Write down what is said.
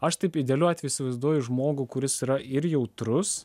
aš taip idealiu atveju įsivaizduoju žmogų kuris yra ir jautrus